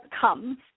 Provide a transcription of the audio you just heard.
comes